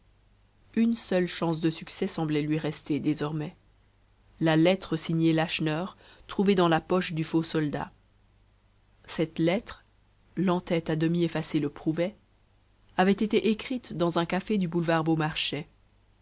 une seule chance de succès semblait lui rester désormais la lettre signée lacheneur trouvée dans la poche du faux soldat cette lettre l'entête à demi effacé le prouvait avait été écrite dans un café du boulevard beaumarchais